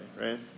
right